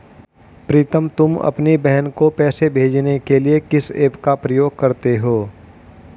प्रीतम तुम अपनी बहन को पैसे भेजने के लिए किस ऐप का प्रयोग करते हो?